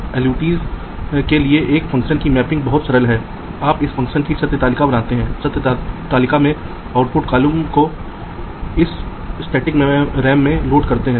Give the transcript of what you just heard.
Hamiltonian पथ का अर्थ है कि आप एक शीर्ष के साथ शुरू करते हैं किनारों पर इस तरह से चलते हैं कि एक शीर्ष को केवल एक बार ट्रैवर्स किया जाता है आप दो बार एक शीर्ष को पार नहीं करते हैं